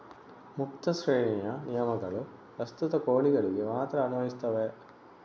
ಮುಕ್ತ ಶ್ರೇಣಿಯ ನಿಯಮಗಳು ಪ್ರಸ್ತುತ ಕೋಳಿಗಳಿಗೆ ಮಾತ್ರ ಅನ್ವಯಿಸುತ್ತವೆ